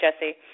Jesse